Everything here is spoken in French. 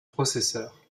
processeur